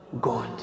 God